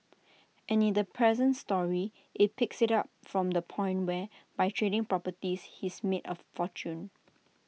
and in the present story IT picks IT up from the point where by trading properties he's made A fortune